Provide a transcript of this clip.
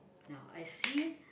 now I see